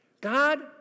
God